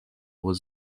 was